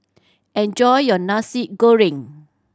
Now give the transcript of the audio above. enjoy your Nasi Goreng